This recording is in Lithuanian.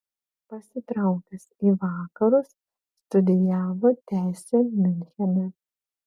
pasitraukęs į vakarus studijavo teisę miunchene